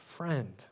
friend